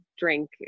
drink